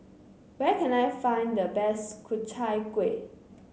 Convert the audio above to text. where can I find the best Ku Chai Kuih